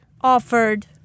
Offered